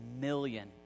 million